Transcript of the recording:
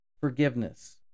forgiveness